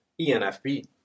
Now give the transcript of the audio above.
ENFP